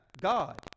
God